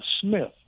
Smith